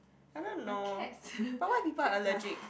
I don't know but why people are allergic